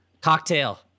Cocktail